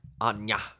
anya